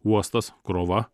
uostas krova